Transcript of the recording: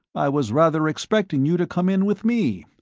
i was rather expecting you to come in with me.